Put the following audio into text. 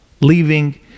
leaving